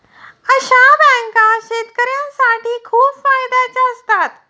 अशा बँका शेतकऱ्यांसाठी खूप फायद्याच्या असतात